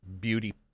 beauty